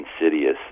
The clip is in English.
insidious